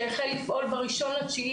שהחל לפעול ב-1.9.22,